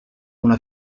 una